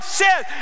says